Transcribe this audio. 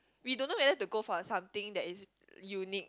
we don't know whether to go for something that is unique